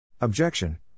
Objection